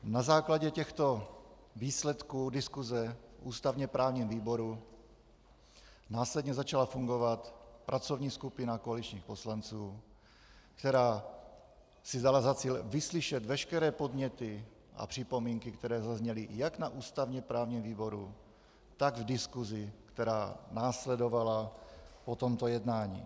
Na základě těchto výsledků diskuse v ústavněprávním výboru následně začala fungovat pracovní skupina koaličních poslanců, která si dala za cíl vyslyšet veškeré podněty a připomínky, které zazněly jak na ústavněprávním výboru, tak v diskusi, která následovala po tomto jednání.